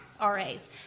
RAs